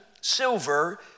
silver